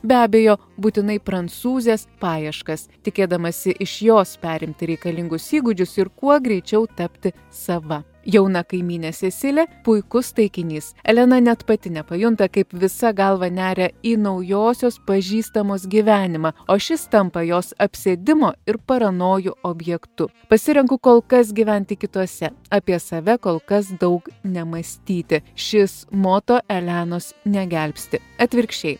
be abejo būtinai prancūzės paieškas tikėdamasi iš jos perimti reikalingus įgūdžius ir kuo greičiau tapti sava jauna kaimynė sesilė puikus taikinys elena net pati nepajunta kaip visa galva neria į naujosios pažįstamos gyvenimą o šis tampa jos apsėdimo ir paranojų objektu pasirenku kol kas gyventi kitose apie save kol kas daug nemąstyti šis moto elenos negelbsti atvirkščiai